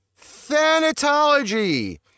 Thanatology